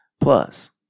Plus